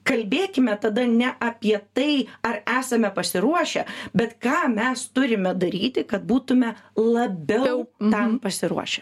kalbėkime tada ne apie tai ar esame pasiruošę bet ką mes turime daryti kad būtume labiau tam pasiruošę